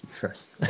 first